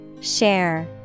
Share